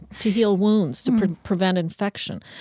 to heal wounds, to prevent infection.